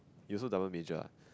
you also double major ah